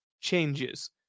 changes